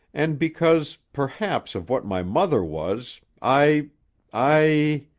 and because, perhaps, of what my mother was, i i